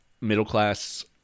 middle-class